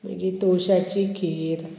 मागीर तोशाची खीर